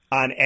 on